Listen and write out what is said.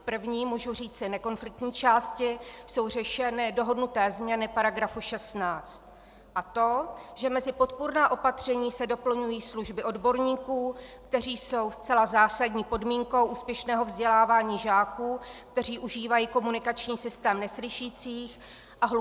V první, můžu říct nekonfliktní části, jsou řešeny dohodnuté změny § 16, a to, že mezi podpůrná opatření se doplňují služby odborníků, kteří jsou zcela zásadní podmínkou úspěšného vzdělávání žáků, kteří užívají komunikační systém neslyšících a hluchoslepých osob.